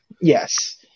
Yes